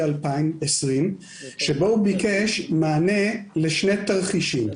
2020 שבו הוא ביקש מענה לשני תרחישים.